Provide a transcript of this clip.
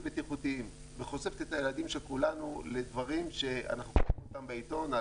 בטיחותיים וחושפת את הילדים של כולנו לדברים שאנחנו קוראים בעיתון,